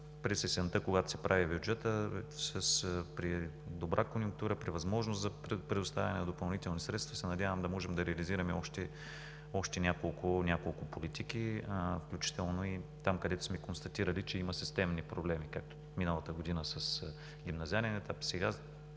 През есента, когато се прави бюджетът, при добра конюнктура, при възможност за предоставяне на допълнителни средства се надявам да можем да реализираме още няколко политики, включително и там, където сме констатирали, че има системни проблеми, както миналата година с гимназиалния етап.